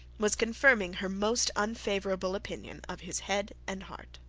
was confirming her most unfavourable opinion of his head and heart.